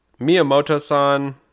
Miyamoto-san